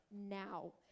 now